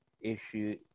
Issue